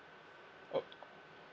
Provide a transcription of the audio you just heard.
oh